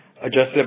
Adjusted